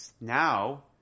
Now